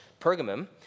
Pergamum